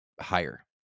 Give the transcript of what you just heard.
higher